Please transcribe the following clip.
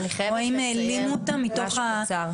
או האם העלימו אותם מתוך זה.